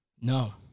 No